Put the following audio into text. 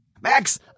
Max